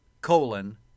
colon